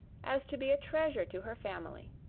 as to be a treasure to her family.